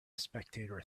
spectator